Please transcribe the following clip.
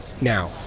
now